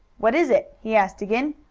what is it? he asked again.